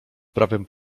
prawym